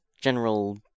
general